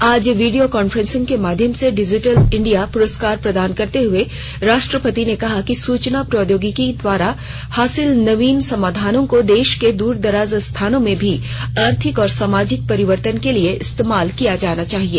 आज video conference के माध्यम से डिजिटल इंडिया पुरस्कार प्रदान करते हुए राष्ट्रपति ने कहा कि सूचना प्रौद्योगिकी द्वारा हासिल नवीन समाधानों को देश के दूरदराज के स्थानों में भी आर्थिक और सामाजिक परिवर्तन के लिए इस्तेमाल किया जाना चाहिए